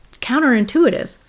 counterintuitive